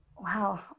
wow